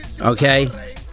okay